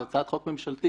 זאת הצעת חוק ממשלתית.